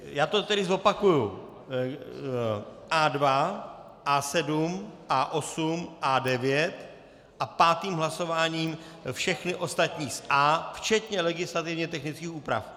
Já to tedy zopakuji: A2, A7, A8, A9 a pátým hlasováním všechny ostatní z A, včetně legislativně technických úprav.